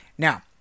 Now